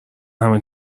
همه